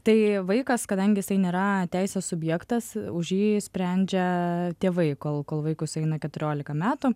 tai vaikas kadangi jisai nėra teisės subjektas už jį sprendžia tėvai kol kol vaikui sueina keturiolika metų